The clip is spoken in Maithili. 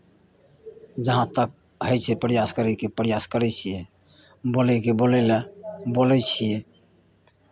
जहाँ तक होइ छै प्रयास करयके प्रयास करै छियै बोलयके बोलय लए बोलै छियै